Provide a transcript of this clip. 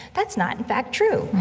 that's not, in fact, true.